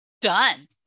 done